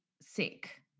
sick